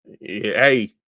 hey